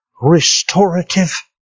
restorative